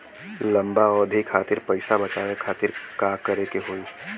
लंबा अवधि खातिर पैसा बचावे खातिर का करे के होयी?